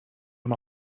him